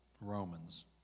Romans